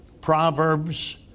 Proverbs